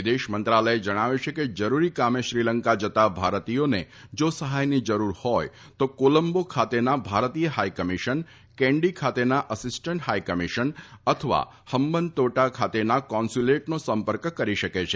વિદેશ મંત્રાલયે જણાવ્યું છે કે જરૂરી કામે શ્રીલંકા જતા ભારતીયોને જો સહાયની જરૂર હોય તો કોલંબો ખાતેના ભારતીય હાઇ કમિશન કેન્ડી ખાતેના અસીસ્ટન્ટ હાઇ કમીશન અથવા હન્બન તોટા ખાતેના કોન્સ્યુલેટનો સંપર્ક કરી શકે છે